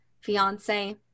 fiance